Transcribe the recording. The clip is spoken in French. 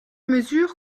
mesure